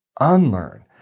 unlearn